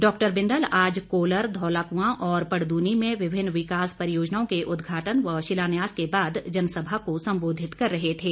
doctor Bindal आज कोलर धौलाकुआं और पड़दूनी विभिन्न विकास परियोजनाओं के उदघाटन व शिलान्यास के बाद जनसभा को संबोधित कर रहे थे